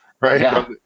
right